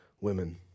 women